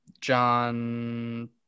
john